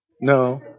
no